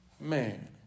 man